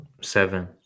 Seven